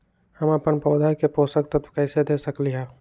हम अपन पौधा के पोषक तत्व कैसे दे सकली ह?